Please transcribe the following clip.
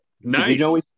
nice